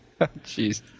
Jeez